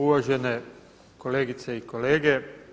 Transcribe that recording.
Uvažene kolegice i kolege.